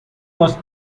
was